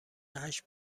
هشت